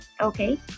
Okay